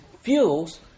fuels